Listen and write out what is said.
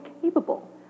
capable